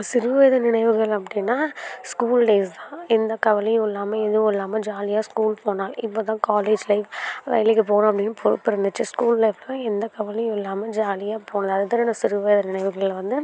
சிறுவயது நினைவுகள் அப்படின்னா ஸ்கூல் டேஸ் தான் எந்த கவலையும் இல்லாமல் எதுவும் இல்லாமல் ஜாலியாக ஸ்கூல் போனால் இப்போ தான் காலேஜ் லைஃப் வேலைக்கு போகணும் அப்படின்னு ஸ்கோப் இருந்துச்சு ஸ்கூல் லைஃப்பில் எந்த கவலையும் இல்லாமல் ஜாலியாக போனதுனால அது தான் நான் சிறுவயது நினைவுகளில் வந்து